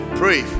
pray